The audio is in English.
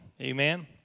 Amen